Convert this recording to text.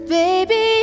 baby